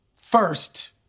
first